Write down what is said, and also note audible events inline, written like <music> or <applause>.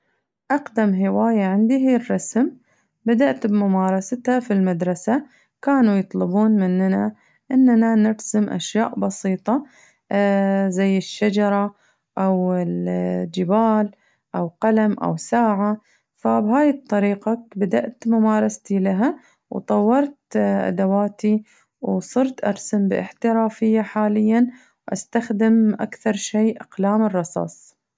أقدم هواية عندي هي الرسم بدأت بممارستها في المدرسة كانوا يطلبون مننا إننا نرسم أشياء بسيطة <hesitation> زي الشجرة أو <hesitation> الجبال أو قلم أو ساعة فبهاي الطريقة بدأت ممارستي لها وطورت <hesitation> أدواتي وصرت أرسم باحترافية حالياً وأستخدم أكثر شي أقلام الرصاص.